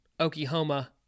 Oklahoma